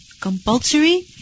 compulsory